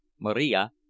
Maria